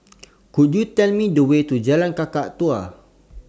Could YOU Tell Me The Way to Jalan Kakatua